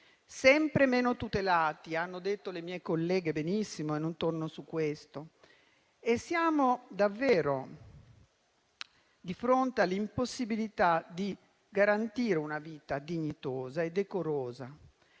sempre meno tutelati», come hanno detto le mie colleghe benissimo, e non torno su questo punto. Siamo davvero di fronte all'impossibilità di «garantire una vita dignitosa e decorosa.